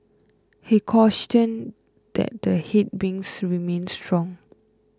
he cautioned that the headwinds remain strong